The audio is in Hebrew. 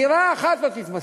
דירה אחת לא תתווסף.